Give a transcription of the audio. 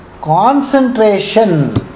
concentration